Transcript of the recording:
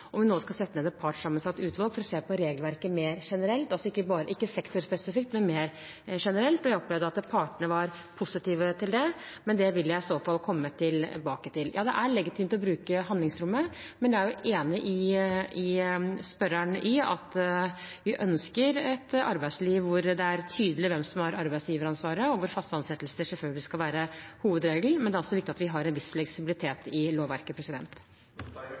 om vi nå skal sette ned et partssammensatt utvalg for å se på regelverket mer generelt – ikke sektorspesifikt, men mer generelt. Jeg opplevde at partene var positive til det, men det vil jeg i så fall komme tilbake til. Det er legitimt å bruke handlingsrommet, men jeg er enig med spørreren i at vi ønsker et arbeidsliv hvor det er tydelig hvem som har arbeidsgiveransvaret, og der faste ansettelser selvfølgelig skal være hovedregelen. Men det er også viktig at vi har en viss fleksibilitet i lovverket.